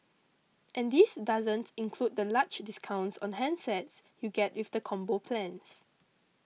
and this doesn't include the large discounts on handsets you get with the Combo plans